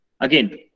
Again